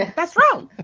ah that's wrong